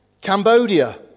Cambodia